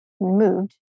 moved